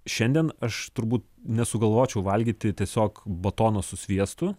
šiandien aš turbūt nesugalvočiau valgyti tiesiog batoną su sviestu